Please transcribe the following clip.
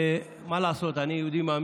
אני מקבל את מה שאתה